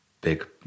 big